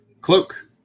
Cloak